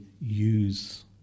use